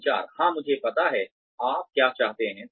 संचार हाँ मुझे पता है आप क्या चाहते हैं